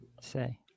say